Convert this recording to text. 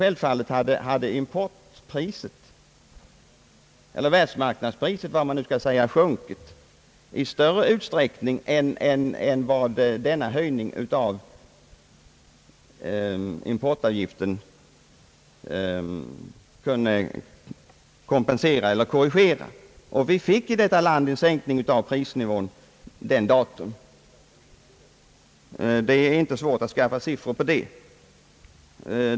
Självfallet hade importpriset, eller världsmarknadspriset kanske man kan säga, sjunkit mera än vad denna höjning av importavgiften kunde kompensera eller korrigera. I detta land fick vi detta datum en sänkning av prisnivån. Det är inte svårt att skaffa fram siffror på det.